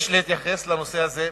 יש להתייחס לנושא הזה ברצינות.